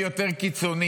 מי יותר קיצוני,